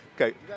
Okay